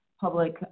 public